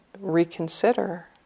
reconsider